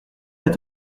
est